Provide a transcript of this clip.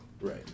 Right